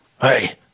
Hey